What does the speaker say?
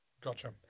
Gotcha